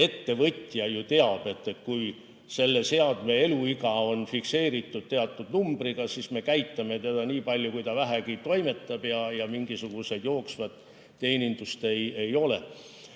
ettevõtja ju teab, et kui seadme eluiga on fikseeritud teatud aastanumbriga, siis me käitame teda nii palju, kui ta vähegi toimetab, ja mingisugust jooksvat teenindust ei ole.